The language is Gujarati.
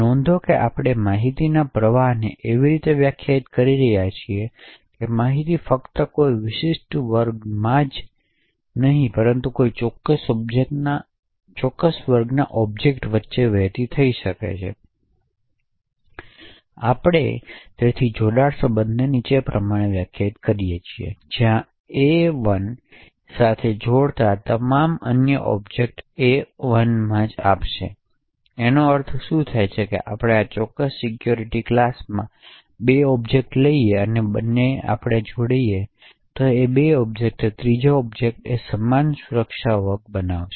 નોંધો અને આપણે માહિતીના પ્રવાહને એવી રીતે વ્યાખ્યાયિત કરી રહ્યા છીએ કે માહિતી ફક્ત કોઈ વિશિષ્ટ વર્ગના વર્ગમાં નહીં પણ કોઈ ચોક્કસ વર્ગની ઑબ્જેક્ટ્સ વચ્ચે વહેતી થઈ શકે છે આપણે પણ તેથી જોડાણ સંબંધને નીચે પ્રમાણે વ્યાખ્યાયિત કરીએ છીએ જ્યાં AI સાથે જોડાતા તમને અન્ય ઓબ્જેક્ટ AIમાં જ આપશે તેથી તેનો અર્થ શું છે કે જો આપણે ચોક્કસ સિક્યુરિટી ક્લાસમાં બે ઑબ્જેક્ટ્સ લઈએ અને આપણે જોડાઈએ તે બે ઑબ્જેક્ટ્સ તે ત્રીજો ઑબ્જેક્ટ સમાન સુરક્ષા વર્ગ બનાવશે